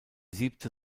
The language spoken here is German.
siebte